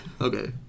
Okay